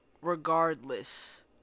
regardless